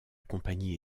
compagnie